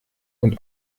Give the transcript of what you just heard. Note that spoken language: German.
und